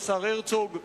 השר הרצוג,